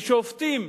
שופטים,